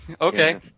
Okay